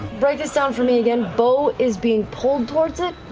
break this down for me again. beau is being pulled towards it?